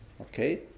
Okay